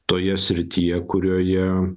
toje srityje kurioje